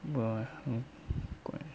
!walao! eh 很怪